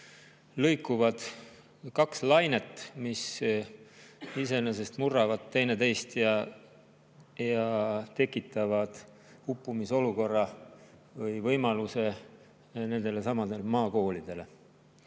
lõikuvad kaks lainet, mis iseenesest murravad teineteist ja tekitavad uppumise olukorra või siis võimaluse nendelesamadele maakoolidele.